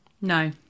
No